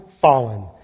fallen